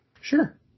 Sure